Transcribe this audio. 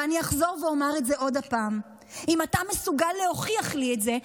ואני אחזור ואומר את זה עוד פעם: אם אתה מסוגל להוכיח לי את זה,